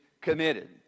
committed